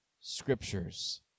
scriptures